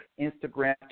Instagram